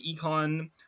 econ